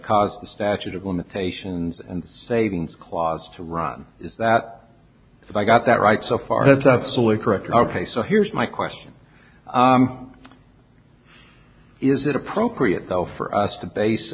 caused the statute of limitations and savings clause to run is that if i got that right so far that's absolutely correct ok so here's my question is it appropriate though for us to base